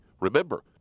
Remember